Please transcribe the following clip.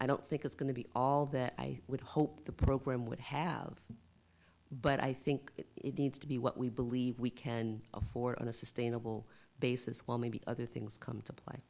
i don't think it's going to be all that i would hope the program would have but i think it needs to be what we believe we can afford on a sustainable basis well maybe other things come to play